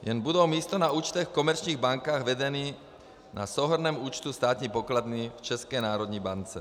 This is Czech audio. Jen budou místo na účtech v komerčních bankách vedeny na souhrnném účtu státní pokladny v České národní bance.